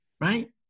right